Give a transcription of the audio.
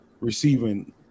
receiving